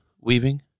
Weaving